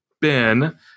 Ben